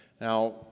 Now